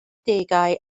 degau